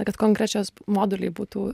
kad konkrečios moduliai būtų